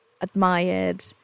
admired